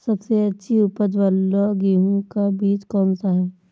सबसे अच्छी उपज वाला गेहूँ का बीज कौन सा है?